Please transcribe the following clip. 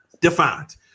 defined